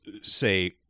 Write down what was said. say